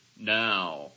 now